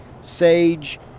sage